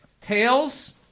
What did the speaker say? tails